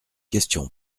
question